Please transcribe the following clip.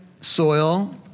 soil